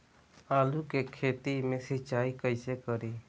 आलू के खेत मे सिचाई कइसे करीं?